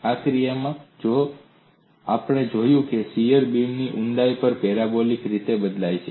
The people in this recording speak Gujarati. આ કિસ્સામાં જુઓ આપણે જોયું છે કે શીયર બીમની ઊંડાઈ પર પેરાબોલિક રીતે બદલાય છે